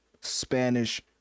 Spanish